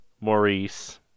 Maurice